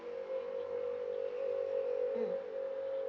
mm